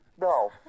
No